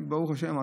וברוך השם,